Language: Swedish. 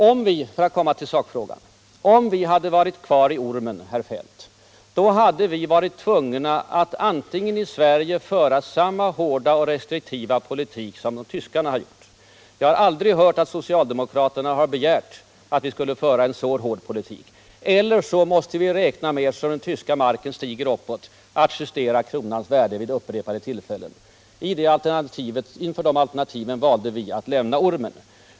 Om vi — för att återkomma till sakfrågan — hade varit kvar i valutaormen, herr Feldt, hade vi nu i Sverige varit tvungna att antingen föra samma hårda och restriktiva politik som tyskarna har gjort — men jag har aldrig hört att socialdemokraterna begärt att vi skulle föra en så hård politik — eller också räkna med, om den tyska marken fortsätter att stiga, att justera den svenska kronans värde vid upprepade tillfällen. Inför de alternativen valde vi att lämna ormen.